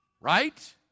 Right